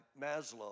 Maslow